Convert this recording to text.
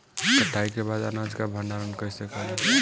कटाई के बाद अनाज का भंडारण कईसे करीं?